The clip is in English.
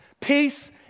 Peace